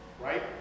right